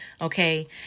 Okay